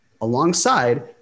alongside